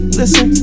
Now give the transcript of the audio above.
listen